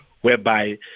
whereby